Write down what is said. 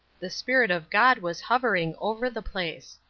the spirit of god was hovering over the place.